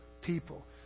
people